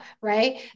right